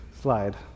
slide